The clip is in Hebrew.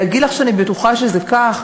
להגיד לך שאני בטוחה שזה כך?